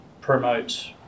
promote